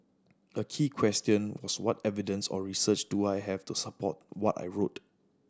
a key question was what evidence or research do I have to support what I wrote